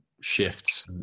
shifts